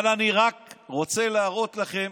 אבל אני רק רוצה להראות לכם